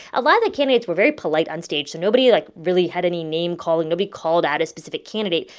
a lot of the candidates were very polite on stage, so nobody, like, really had any name-calling. nobody called out a specific candidate,